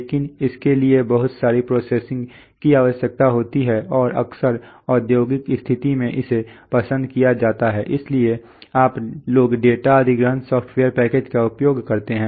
लेकिन इसके लिए बहुत सारी प्रोग्रामिंग की आवश्यकता होती है और अक्सर औद्योगिक स्थिति में इसे पसंद नहीं किया जाता है इसलिए आप लोग डेटा अधिग्रहण सॉफ्टवेयर पैकेज का उपयोग करते हैं